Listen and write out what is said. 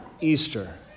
Easter